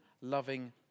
loving